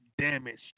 damaged